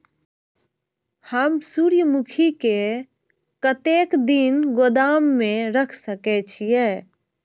हम सूर्यमुखी के कतेक दिन गोदाम में रख सके छिए?